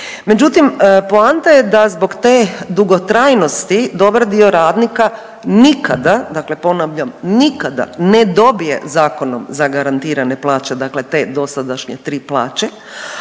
Međutim, poanta je da zbog te dugotrajnosti dobar dio radnika nikada, dakle ponavljam nikada ne dobije zakonom zagarantirane plaće dakle te dosadašnje tri plaće,